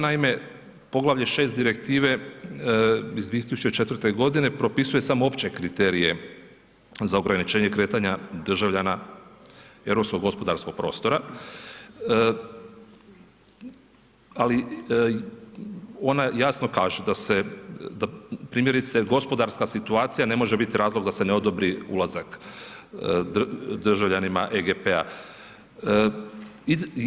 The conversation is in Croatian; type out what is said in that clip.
Naime, poglavlje 6. direktive iz 2004.g. propisuje samo opće kriterije za ograničenje kretanja državljana europskog gospodarskog prostora, ali ona jasno kaže da se, primjerice gospodarska situacija ne može bit razlog da se ne odobri ulazak državljanima EGP-a.